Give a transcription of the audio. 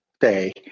Day